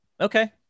Okay